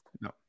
no